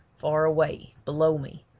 far away, below me,